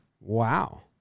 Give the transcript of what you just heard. Wow